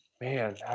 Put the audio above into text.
man